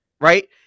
right